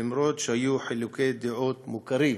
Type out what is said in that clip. ולמרות שהיו חילוקי דעות מוכרים.